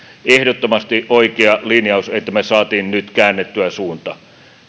ehdottomasti oikea linjaus että me saimme nyt käännettyä suuntaa